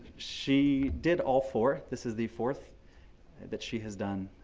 she did all four. this is the fourth that she has done.